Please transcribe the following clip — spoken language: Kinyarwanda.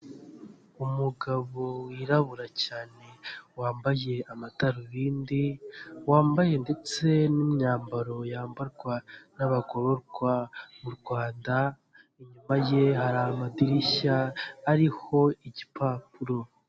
Umugabo wirabura cyane wambaye amadarubindi, wambaye ndetse n'imyambaro yambarwa n'abagororwa mu Rwanda inyuma ye hari amadirishya ariho igipapuro.